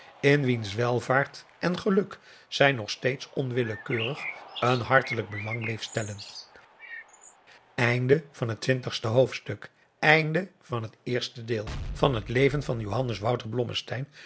in wiens welvaart en geluk zij nog steeds onwillekeurig een hartelijk belang bleef stellen einde van het eerste deel adriaan loosjes pzn het leven van